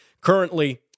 currently